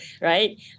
right